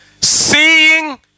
Seeing